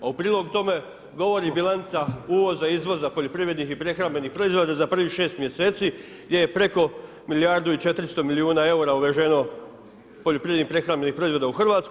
A u prilog tome, govori bilanca uvoza i izvoza poljoprivrednih i prehrambenih proizvoda za prvih šest mjeseci, gdje je preko milijardu i 400 milijuna eura uvaženo poljoprivrednih prehrambenih proizvoda u Hrvatsku.